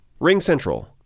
RingCentral